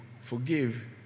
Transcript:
forgive